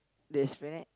the Esplanade